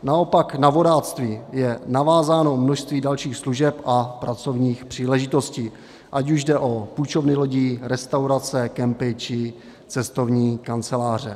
Naopak na vodáctví je navázáno množství dalších služeb a pracovních příležitostí, ať už jde o půjčovny lodí, restaurace, kempy, či cestovní kanceláře.